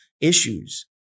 issues